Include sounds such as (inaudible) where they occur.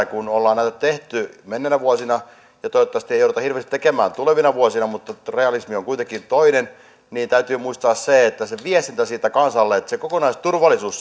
(unintelligible) kun ollaan näitä tehty menneinä vuosina ja toivottavasti ei jouduta hirveästi tekemään tulevina vuosina mutta realismi on kuitenkin toinen täytyy muistaa se viestintä siitä kansalle että se kokonaisturvallisuus (unintelligible)